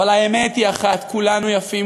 אבל האמת היא אחת: כולנו יפים,